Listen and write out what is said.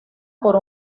con